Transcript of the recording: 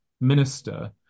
minister